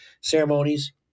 ceremonies